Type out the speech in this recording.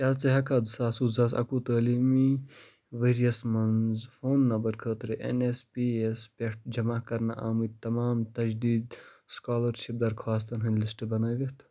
کیٛاہ ژٕ ہٮ۪ککھا زٕ ساس وُہ زٕ ساس اکہٕ وُہ تٲلیٖمی ؤرۍ یَس مَنٛز فون نمبر خٲطرٕ اٮ۪ن اٮ۪س پی یَس پٮ۪ٹھ جمع کرنہٕ آمٕتۍ تمام تجدیٖد سُکالرشِپ درخواستن ہِنٛدۍ لِسٹ بنٲوِتھ